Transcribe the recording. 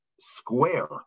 square